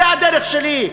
זו הדרך שלי,